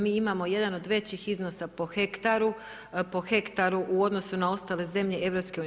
Mi imamo jedan od većih iznosa po hektaru, po hektaru u odnosu na ostale zemlje EU.